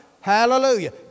Hallelujah